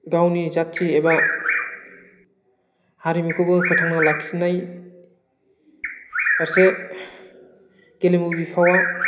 गावनि जाथि एबा हारिमुखौबो फोथांना लाखिनाय फारसे गेलेमु बिफावआ